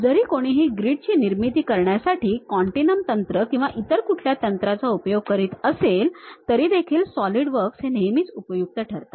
जरी कोणीही ग्रिड ची निर्मिती करण्यासाठी continuum तंत्र किंवा इतर कुठल्या तंत्राचा उपयोग करीत असेल तरीदेखील Solidworks नेहमीच उपयुक्त ठरतात